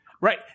right